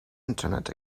internet